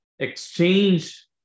exchange